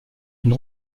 une